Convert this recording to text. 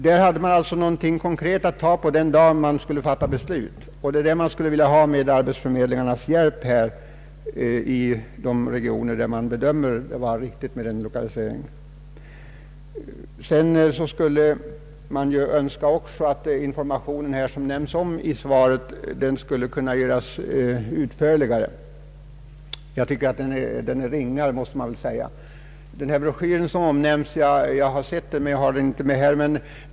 Där hade företaget någonting konkret att rätta sig efter den dag beslut skulle fattas, Någonting sådant borde med arbetsförmedlingarnas hjälp åstadkommas i de regioner där det bedöms vara angeläget att lokalisera nya verksamheter. Sedan skulle jag också önska att den information som nämnts i svaret kunde göras utförligare — den måste nu sägas vara ringa. Jag har sett den broschyr som omnämnts i svaret men har den inte med här.